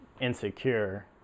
insecure